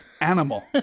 animal